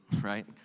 right